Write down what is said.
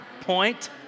Point